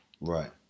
Right